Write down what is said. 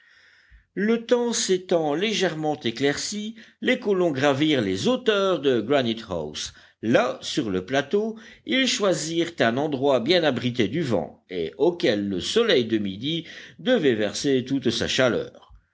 le temps s'étant légèrement éclairci les colons gravirent les hauteurs de granite house là sur le plateau ils choisirent un endroit bien abrité du vent et auquel le soleil de midi devait verser toute sa chaleur